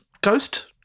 Ghost